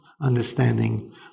understanding